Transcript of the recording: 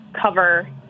cover